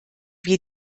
wir